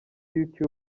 youtube